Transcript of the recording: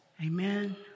Amen